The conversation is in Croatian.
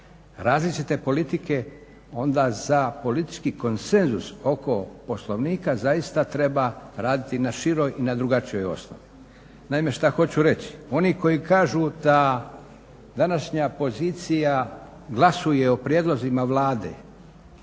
različite politike, onda za politički konsenzus oko Poslovnika zaista treba raditi na široj i na drugačijoj osnovi. Naime, šta hoću reći? Oni koji kažu da današnja pozicija glasuje o prijedlozima Vlade,